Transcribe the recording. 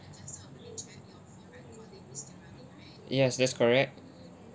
yes that's correct